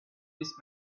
this